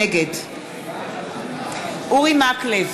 נגד אורי מקלב,